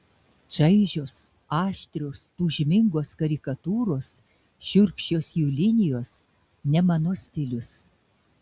čaižios aštrios tūžmingos karikatūros šiurkščios jų linijos ne mano stilius